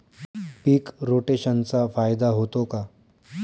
पीक रोटेशनचा फायदा होतो का?